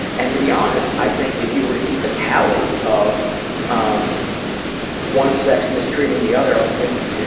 and, to be honest, i think if you were to keep a tally of um one sex mistreating the other, i think